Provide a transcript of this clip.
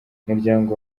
umuryango